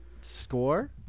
score